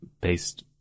based